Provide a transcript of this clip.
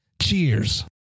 Cheers